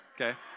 okay